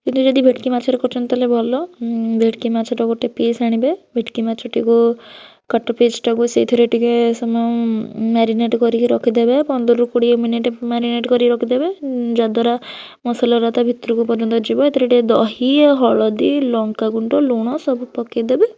କିନ୍ତୁ ଯଦି ଭେଟକି ମାଛରେ କରୁଛନ୍ତି ତାହେଲେ ଭଲ ଭେଟକି ମାଛରେ ଗୋଟେ ପିସ ଆଣିବେ ଭେଟକି ମାଛଟିକୁ କଟୁ ପିସ ଟାକୁ ସେଇଥିରେ ଟିକେ ସମୟ ମ୍ୟାରିନେଟ କରିକି ରଖିଦେବେ ପନ୍ଦରରୁ କୋଡ଼ିଏ ମିନିଟ ମ୍ୟାରିନେଟ କରି ରଖିଦେବେ ଯ ଦ୍ବାରା ମସଲା ଗୁଡ଼ାକ ତା ଭିତରକୁ ପର୍ଯ୍ୟନ୍ତ ଯିବ ଏଥିରେ ଟିକେ ଦହି ଆଉ ହଳଦୀ ଲଙ୍କା ଗୁଣ୍ଡ ଲୁଣ ସବୁ ପକାଇ ଦେବେ